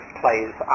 plays